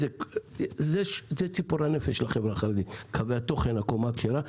זה ציפור הנפש לש החברה החרדית: קווי התוכן והקומה הכשרה.